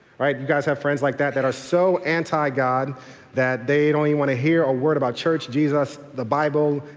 right? you guys have friends like that that are so anti-god that they don't even want to hear a word about church, jesus, the bible,